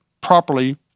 properly